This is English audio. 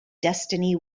destiny